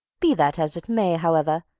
be that as it may, however,